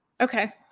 Okay